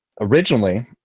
Originally